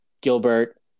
Gilbert